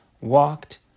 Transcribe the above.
walked